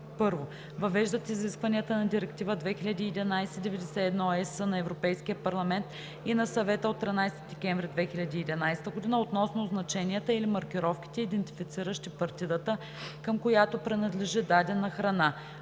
се: 1. въвеждат изискванията на Директива 2011/91/ЕС на Европейския парламент и на Съвета от 13 декември 2011 г. относно означенията или маркировките, идентифициращи партидата, към която принадлежи дадена храна